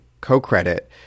co-credit